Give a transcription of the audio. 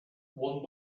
one